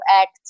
act